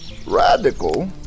Radical